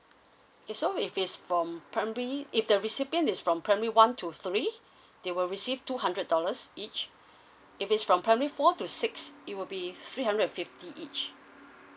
okay so if is from primary if the recipient is from primary one to three they will receive two hundred dollars each if is from primary four to six it will be three hundred and fifty each